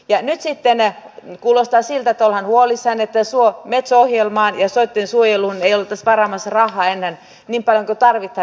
mutta nyt sitten kuulostaa siltä että ollaan huolissaan että metso ohjelmaan ja soittensuojeluun ei oltaisi varaamassa rahaa enää niin paljon kuin tarvitaan